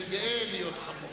אני גאה להיות חמור.